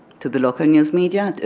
to the local news media,